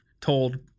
told